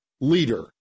leader